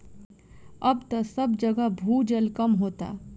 अब त सब जगह भूजल कम होता